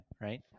right